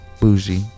bougie